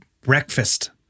breakfast